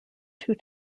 two